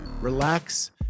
relax